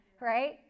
right